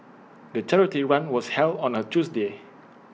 the charity run was held on A Tuesday